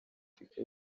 afurika